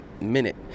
minute